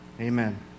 amen